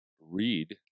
read